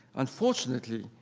unfortunately,